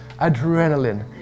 adrenaline